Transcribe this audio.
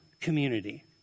community